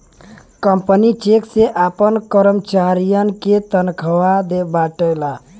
company cheque से आपन करमचारियन के तनखा बांटला